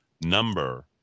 number